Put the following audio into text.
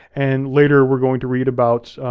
and later we're going to read about